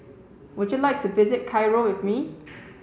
would you like to visit Cairo with me